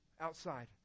outside